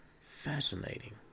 fascinating